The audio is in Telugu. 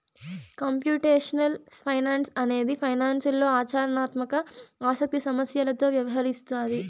కంప్యూటేషనల్ ఫైనాన్స్ అనేది ఫైనాన్స్లో ఆచరణాత్మక ఆసక్తి సమస్యలతో వ్యవహరిస్తాది